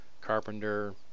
carpenter